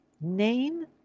Name